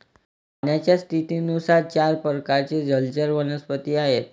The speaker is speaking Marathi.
पाण्याच्या स्थितीनुसार चार प्रकारचे जलचर वनस्पती आहेत